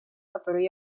которые